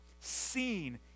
seen